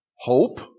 hope